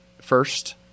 first